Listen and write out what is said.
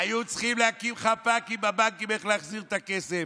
היו צריכים להקים חפ"קים בבנקים איך להחזיר את הכסף.